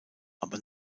aber